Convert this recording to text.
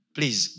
Please